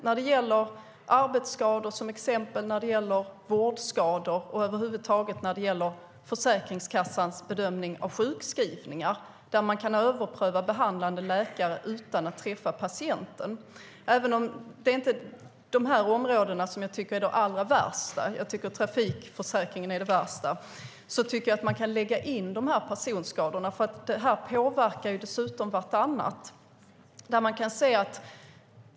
När det gäller till exempel arbetsskador och vårdskador och över huvud taget när det gäller Försäkringskassans bedömning av sjukskrivningar kan man överpröva behandlande läkare utan att träffa patienten. Även om det inte är de här områdena som är allra värst - trafikförsäkringen anser jag är det värsta - tycker jag att man kan lägga in de här personskadorna. Det här påverkar dessutom vartannat.